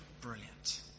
brilliant